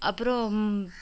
அப்புறம்